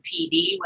PD